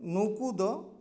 ᱱᱩᱠᱩ ᱫᱚ